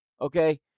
okay